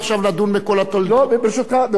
אדוני היושב-ראש.